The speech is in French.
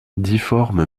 difforme